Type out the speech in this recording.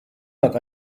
hat